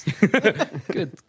Good